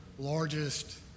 largest